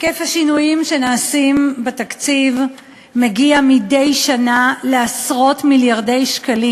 היקף השינויים שנעשים בתקציב מגיע מדי שנה לעשרות מיליארדי שקלים.